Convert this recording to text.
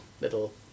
little